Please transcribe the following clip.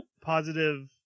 positive